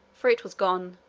for it was gone.